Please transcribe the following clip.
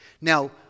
Now